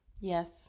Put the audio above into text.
Yes